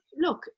look